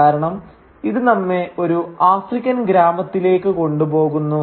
കാരണം ഇത് നമ്മെ ഒരു ആഫ്രിക്കൻ ഗ്രാമത്തിലേക്ക് കൊണ്ട് പോകുന്നു